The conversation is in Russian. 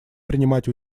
принимать